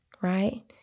right